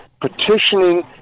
petitioning